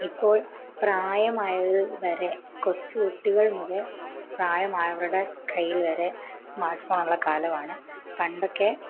ഇപ്പോൾ പ്രായമായവർ വരെ കൊച്ചു കുട്ടികൾ മുതൽ പ്രായമായവരുടെ കയ്യിൽ വരെ സ്മാർട്ട് ഫോണുള്ള കാലമാണ് പണ്ടൊക്കെ